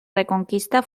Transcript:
reconquista